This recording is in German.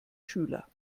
schüler